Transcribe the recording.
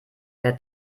der